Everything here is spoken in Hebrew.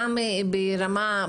גם ברמה,